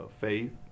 faith